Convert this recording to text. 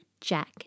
Jack